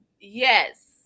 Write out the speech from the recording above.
Yes